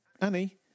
Annie